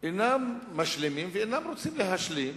אינם משלימים ואינם רוצים להשלים